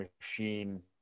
machine